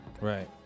Right